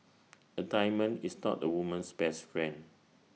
A diamond is not A woman's best friend